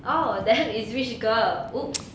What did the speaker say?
oh then is which girl !oops!